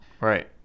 Right